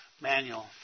manual